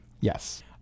Yes